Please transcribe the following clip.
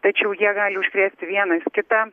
tačiau jie gali užkrėsti vienas kitą